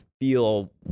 feel